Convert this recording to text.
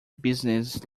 business